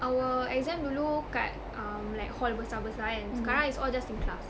our exam dulu kat um like hall besar besar kan sekarang it's all just in class